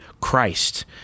Christ